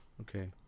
Okay